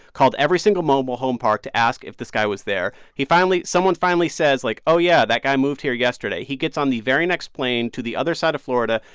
called every single mobile home park to ask if this guy was there. he finally someone finally says, like, oh, yeah. that guy moved here yesterday he gets on the very next plane to the other side of florida,